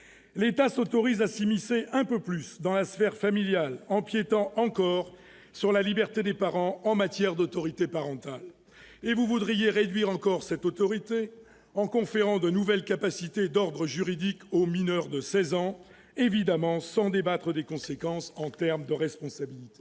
L'État s'autorise à s'immiscer un peu plus dans la sphère familiale, empiétant encore sur la liberté des parents en matière d'autorité parentale. Et vous voudriez réduire encore cette autorité en conférant de nouvelles capacités d'ordre juridique aux mineurs de seize ans, évidemment sans débattre des conséquences en termes de responsabilité